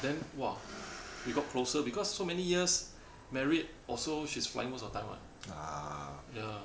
then !wah! we got closer because so many years married also she's flying most of the time [what] ya